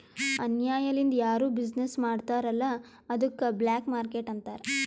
ಅನ್ಯಾಯ ಲಿಂದ್ ಯಾರು ಬಿಸಿನ್ನೆಸ್ ಮಾಡ್ತಾರ್ ಅಲ್ಲ ಅದ್ದುಕ ಬ್ಲ್ಯಾಕ್ ಮಾರ್ಕೇಟ್ ಅಂತಾರ್